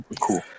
cool